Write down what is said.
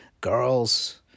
girls